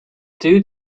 due